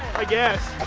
i guess.